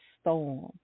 storm